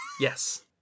Yes